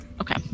Okay